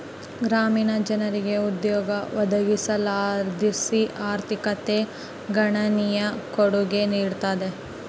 ಗ್ರಾಮೀಣ ಜನರಿಗೆ ಉದ್ಯೋಗ ಒದಗಿಸೋದರ್ಲಾಸಿ ಆರ್ಥಿಕತೆಗೆ ಗಣನೀಯ ಕೊಡುಗೆ ನೀಡುತ್ತದೆ